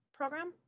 program